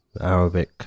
arabic